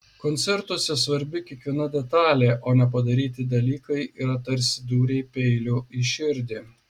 koncertuose svarbi kiekviena detalė o nepadaryti dalykai yra tarsi dūriai peiliu į širdį